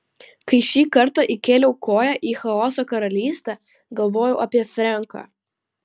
kai šį kartą įkėliau koją į chaoso karalystę galvojau apie frenką